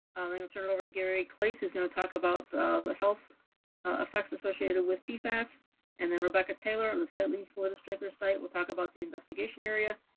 then we'll turn it over to gary klase, who's going to talk about the health effects associated with pfas, and then rebecca taylor, and the site lead for the stryker site, will talk about the investigation area,